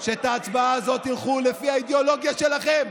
בהצבעה הזאת תלכו לפי האידיאולוגיה שלכם,